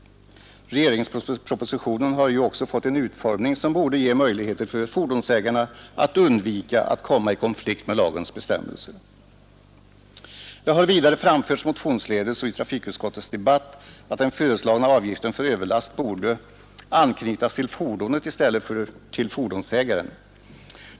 Regeringspropositionen har ju också fått en utformning som borde ge möjligheter för fordonsägarna att undvika att komma i konflikt med lagens bestämmelser. Det har vidare framförts motionsledes och i trafikutskottets debatt att den föreslagna avgiften för överlast borde anknytas till fordonet i stället för till fordonsägaren.